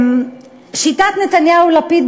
שיטת נתניהו-לפיד,